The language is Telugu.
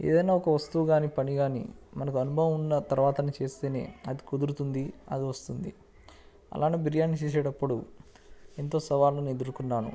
ఏదన్నా ఒక వస్తువు కానీ పని కానీ మనకు అనుభవం ఉన్న తర్వాత చేస్తే అది కుదురుతుంది అది వస్తుంది అలాగే బిర్యానీ చేసేటప్పుడు ఎంతో సవాళ్ళను ఎదుర్కొన్నాను